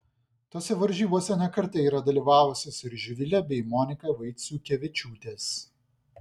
tose varžybose ne kartą yra dalyvavusios ir živilė bei monika vaiciukevičiūtės